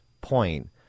point